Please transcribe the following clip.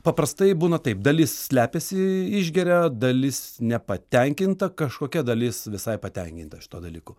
paprastai būna taip dalis slepiasi išgeria dalis nepatenkinta kažkokia dalis visai patenkinta šituo dalyku